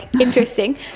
Interesting